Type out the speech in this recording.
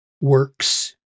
works